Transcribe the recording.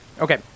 Okay